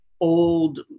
old